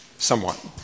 somewhat